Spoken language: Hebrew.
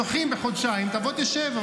דוחים בחודשיים, תבוא, תשב.